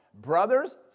brothers